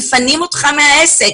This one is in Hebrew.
מפנים אותך מהעסק.